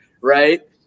right